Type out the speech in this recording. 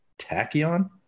Tachyon